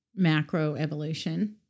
macroevolution